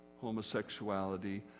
homosexuality